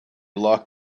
locked